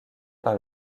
par